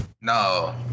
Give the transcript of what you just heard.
No